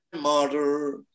mother